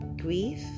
grief